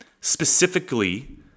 Specifically